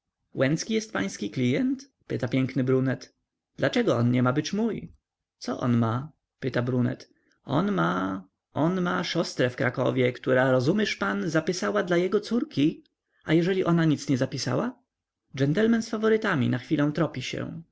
jest pański klijent pyta piękny brunet dlaczego on nie ma bycz mój co on ma mówi brunet on ma on ma szostre w krakowie która rozumysz pan zapysała dla jego córki a jeżeli ona nic nie zapisała dżentelmen z faworytami na chwilę